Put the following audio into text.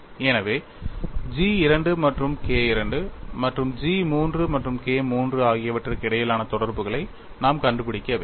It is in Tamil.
எனவே G II மற்றும் K II G III மற்றும் K III ஆகியவற்றுக்கு இடையிலான தொடர்புகளை நாம் கண்டுபிடிக்க வேண்டும்